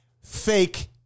fake